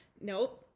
nope